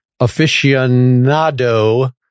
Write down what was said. aficionado